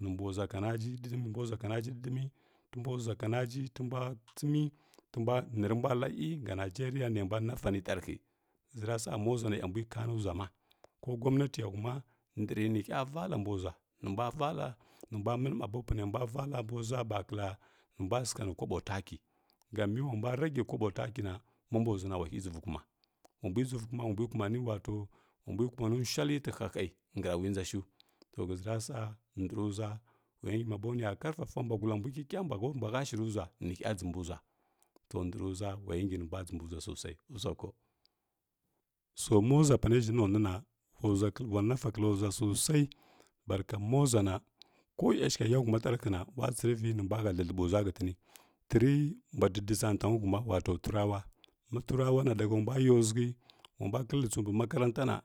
nə mbw ʒwa kanoti ɗəɗəmi nə mbw ʒwo kanaji ɗəɗəmi tə mbw ʒwa kanaji tə mbw ʒwa kanaji tə nbw ʒwa kanaji tə mbwa tsəmi tə mbwa nə rə mbwa la iyi nga nigəria ninə mbwa nadani tarhəghə, həʒəra sa mo ʒwa na a mbw kani ʒwa ina ko gwamənatiya huma ndəghəri ni hyo vall mbw ʒula, nə mbwa vall nə mbwa valla nə mbwa ma bo nə mbwa bari nə mbwa səgha nə kwabo taki gam mi wa mbwa rəgə kwabo taki na ma mbw ʒwa na wahi dʒəvoi kuma wambw dʒəvoi kuma wa mbwi kumani wato wa mbwi kumani nshwalli tal hahəghə nkəra wi dʒo shw to həʒəra sa ntərə n zula wa yə ngi ma bo nə ya karfapa mbwa gulla mbw kikia mbwa ha mbanə shirən ʒwa nə hya dʒəmbəu ʒua to ndərən ʒwo wa ya ngi nə mbwa dʒəmbə ʒwa sosai usako, to ma ʒwa panə ʒhəna nwə na wa wa nafa kkallo ʒwa sosai barka mo zlwa na yashəgha ya luma tarəhəna wa tsərə ni na mbwa ha thləthləɓai ʒwa hətəni təri mbwa dədəʒa tanyi huma wato turawa turawa na daga wa mbwa yabaghə wa mbwa kəlləi tso tsəu mbə makaranta na.